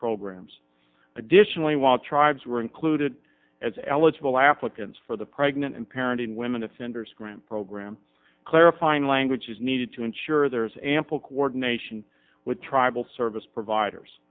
programs additionally while tribes were included as eligible applicants for the pregnant and parenting women offenders grant program clarifying language is needed to ensure there is ample coordination with tribal service providers